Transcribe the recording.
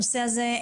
הנושא הזה,